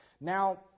Now